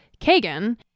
Kagan